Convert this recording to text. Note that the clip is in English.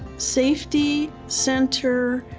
safety, center,